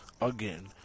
Again